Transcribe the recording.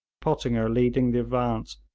pottinger leading the advance,